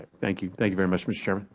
thank you. thank you very much, mr. chairman.